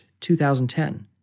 2010